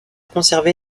conservé